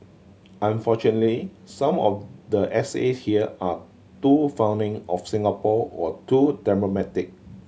unfortunately some of the essay here are too fawning of Singapore or too